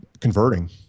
converting